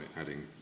adding